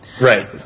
Right